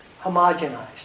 homogenized